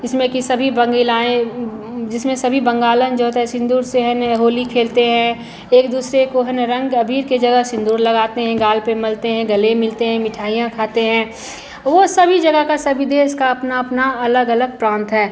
इसमें कि सभी बंगीलाएँ जिसमें सभी बंगालन जो होता है सिंदूर से है ना होली खेलती हैं एक दूसरे को है ना रंग अबीर के जगह सिंदूर लगाते हैं गाल पर मलते हैं गले मिलते हैं मिठाइयाँ खाते हैं वह सभी जगह का सभी देश का अपना अपना अलग अलग प्रांत है